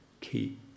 keep